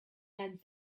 and